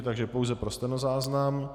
Takže pouze pro stenozáznam.